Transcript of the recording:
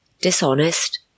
dishonest